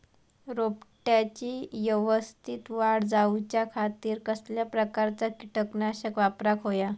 रोपट्याची यवस्तित वाढ जाऊच्या खातीर कसल्या प्रकारचा किटकनाशक वापराक होया?